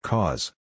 Cause